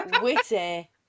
witty